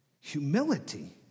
humility